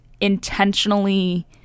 intentionally